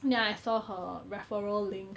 then I saw her referral link